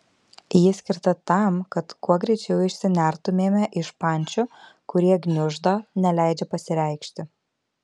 ji skirta tam kad kuo greičiau išsinertumėme iš pančių kurie gniuždo neleidžia pasireikšti